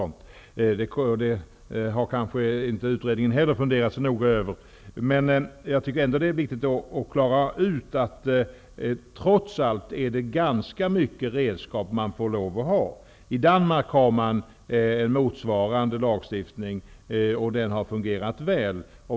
Det har kanske inte utredningen heller funderat så noga på. Det är ändå viktigt att klara ut att det trots allt är ganska många redskap man får lov att ha. I Danmark har man en motsvarande lagstiftning, och den har fungerat väl.